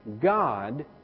God